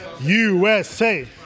USA